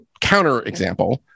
counterexample